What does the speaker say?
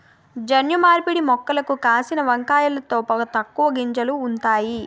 జన్యు మార్పిడి మొక్కలకు కాసిన వంకాయలలో తక్కువ గింజలు ఉంతాయి